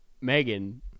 Megan